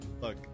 look